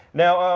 now,